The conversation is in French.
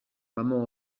maman